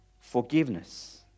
Forgiveness